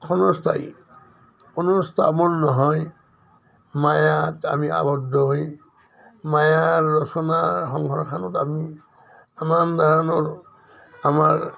ক্ষণস্থায়ী কোনো স্থাৱৰ নহয় মায়াত আমি আবদ্ধ হৈ মায়াৰ ৰচনাৰ সংসাৰখনত আমি ইমান ধৰণৰ আমাৰ